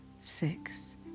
Six